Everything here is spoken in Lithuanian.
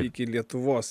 iki lietuvos